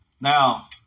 Now